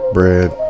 Bread